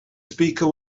speaker